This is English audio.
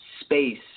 space